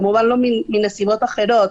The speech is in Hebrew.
כמובן שלא מסיבות אחרות.